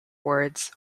words